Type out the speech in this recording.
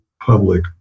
public